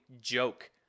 joke